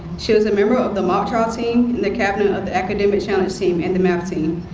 she is a member of the mock trial team and the captain of the academic challenge team and the math team.